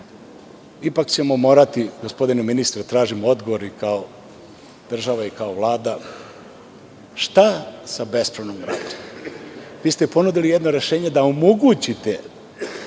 ipak ćemo morati, gospodine ministre da tražimo odgovor i kao država i kao Vlada – šta sa bespravnom gradnjom? Vi ste ponudili ujedno rešenje da omogućite